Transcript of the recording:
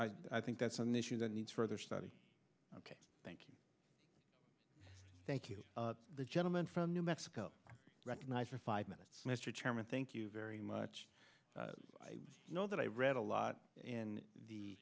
i think that's an issue that needs further study ok thank you thank you the gentleman from new mexico recognized the five minutes mr chairman thank you very much i know that i read a lot in the